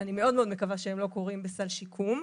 לא קורים בסל שיקום.